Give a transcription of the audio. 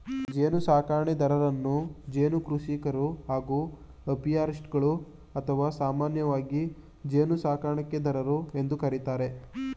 ಜೇನುಸಾಕಣೆದಾರರನ್ನು ಜೇನು ಕೃಷಿಕರು ಹಾಗೂ ಅಪಿಯಾರಿಸ್ಟ್ಗಳು ಅಥವಾ ಸಾಮಾನ್ಯವಾಗಿ ಜೇನುಸಾಕಣೆದಾರರು ಎಂದು ಕರಿತಾರೆ